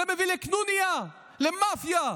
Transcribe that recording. זה מביא לקנוניה, למאפיה.